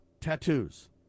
tattoos